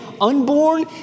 unborn